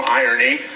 irony